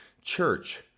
church